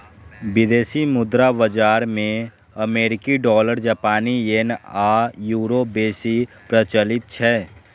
विदेशी मुद्रा बाजार मे अमेरिकी डॉलर, जापानी येन आ यूरो बेसी प्रचलित छै